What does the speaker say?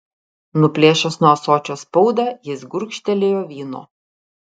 nuplėšęs nuo ąsočio spaudą jis gurkštelėjo vyno